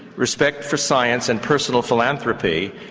respect for science and personal philanthropy,